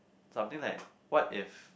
something like what is